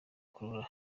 corolla